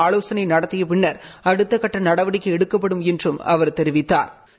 ஆலோசனை நடத்திய பின்னா் அடுத்தக்கட்ட நடவடிக்கை எடுக்கப்படும் என்றும் அவா் தெரிவித்தாா்